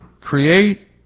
Create